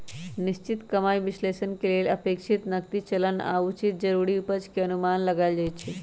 निश्चित कमाइ विश्लेषण के लेल अपेक्षित नकदी चलन आऽ उचित जरूरी उपज के अनुमान लगाएल जाइ छइ